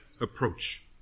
approach